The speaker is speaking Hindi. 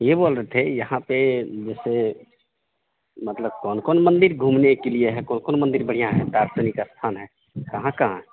ये बोल रहे थे यहाँ पर जैसे मतलब कौन कौन मंदिर घूमने के लिए है कौन कौन मंदिर बढ़ियाँ है दार्शनिक स्थान है कहाँ कहाँ है